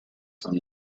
from